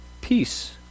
peace